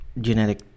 genetic